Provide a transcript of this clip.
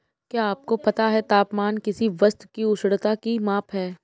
क्या आपको पता है तापमान किसी वस्तु की उष्णता की माप है?